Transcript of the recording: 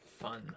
Fun